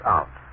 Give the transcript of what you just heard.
Out